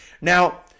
Now